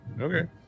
Okay